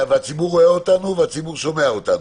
והציבור רואה אותנו והציבור שומע אותנו.